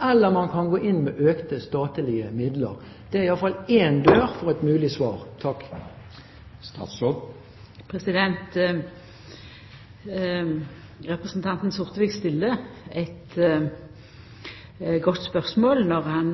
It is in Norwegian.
eller man kan gå inn med økte statlige midler. Det er i hvert fall én dør for et mulig svar. Representanten Sortevik stiller eit godt spørsmål når han